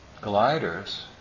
gliders